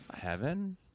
heaven